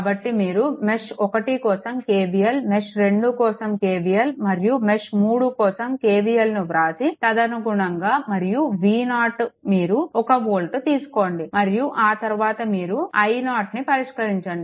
కాబట్టి మీరు మెష్ 1 కోసం KVL మెష్ 2 కోసం KVL మరియు మెష్ 3 కోసం KVL ను వ్రాసి తదనుగుణంగా మరియు V0 మీరు 1 వోల్ట్ తీసుకొండి మరియు ఆ తరువాత మీరు i0 ని పరిష్కరించండి